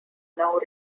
now